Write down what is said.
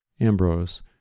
Ambrose